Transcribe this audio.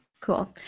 Cool